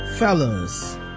Fellas